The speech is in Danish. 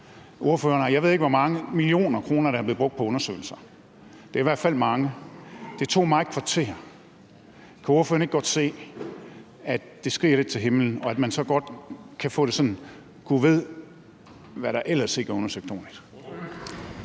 Jeg ved ikke, hvor mange millioner kroner der er blevet brugt på undersøgelser; det er i hvert fald mange. Det tog mig et kvarter. Kan ordføreren ikke godt se, at det skriger lidt til himlen, og at man så godt kan få det sådan: Gud ved, hvad der ellers ikke er undersøgt ordentligt?